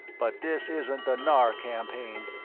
but this isn't the narr campaign.